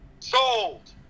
Sold